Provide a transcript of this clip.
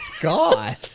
God